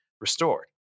restored